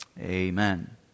Amen